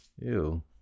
Ew